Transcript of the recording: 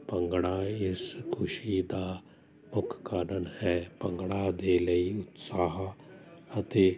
ਭੰਗੜਾ ਇਸ ਖੁਸ਼ੀ ਦਾ ਮੁੱਖ ਕਾਰਨ ਹੈ ਭੰਗੜਾ ਦੇ ਲਈ ਉਤਸ਼ਾਹ ਅਤੇ